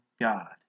God